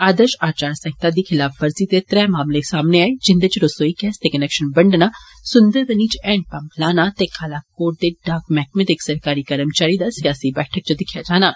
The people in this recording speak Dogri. आदर्श आचार संहिता खिलाफवर्जी दे त्रै मामले सामने आए जिन्दे च रसोई गैस दे कनेक्शन बंडना सुन्दरबनी च हैंड पम्प लाना ते कालाकोट दे डाक मैहकमें दे इक सरकारी कर्मचारी दा सियासी बैठक च दिक्खेआ जाना